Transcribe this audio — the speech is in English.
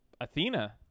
Athena